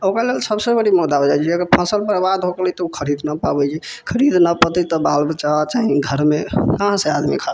ओकरालेल सबसे बड़ी मुद्दा हो जाइ छै जे अगर फसल बर्बाद हो गेलै तऽ ओ खरीद न पाबै छै खरीद न पऽतै तऽ बाल बच्चा चाहे घर मे कहाँ सँ आदमी खा पऽतै